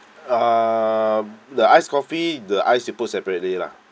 uh the ice coffee the ice you put separately lah